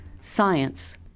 Science